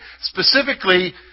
specifically